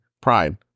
Pride